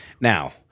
Now